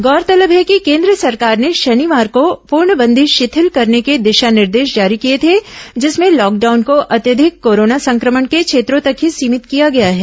गौरतलब है कि केंद्र सरकार ने शनिवार को पूर्णबंदी शिथिल करने के दिशा निर्देश जारी किए थे जिसमें लॉकडाउन को अत्यधिक कोरोना संक्रमण के क्षेत्रों तक ही सीमित किया गया है